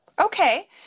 Okay